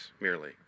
merely